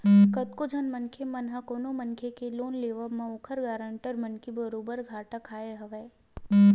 कतको झन मनखे मन ह कोनो मनखे के लोन लेवब म ओखर गारंटर बनके बरोबर घाटा खाय हवय